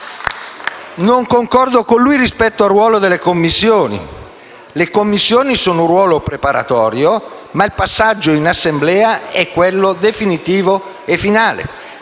Non concordo con Zanda rispetto al ruolo delle Commissioni: le Commissioni hanno un ruolo preparatorio, ma il passaggio in Assemblea è quello definitivo e finale.